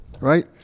right